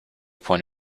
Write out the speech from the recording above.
point